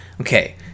okay